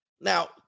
now